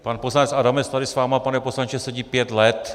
Pan poslanec Adamec tady s vámi, pane poslanče, sedí pět let.